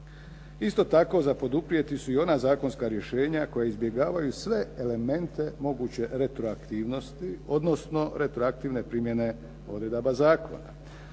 Isto tako za poduprijeti su i ona zakonska rješenja koja izbjegavaju sve elemente moguće retroaktivnosti, odnosno retroaktivne primjene odredaba zakona.